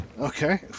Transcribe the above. Okay